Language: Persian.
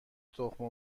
تخم